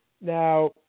Now